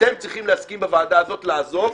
אתם צריכים להסכים בוועדה הזאת לעזוב,